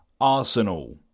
Arsenal